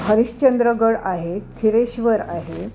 हरिश्चंद्रगड आहे खिरेश्वर आहे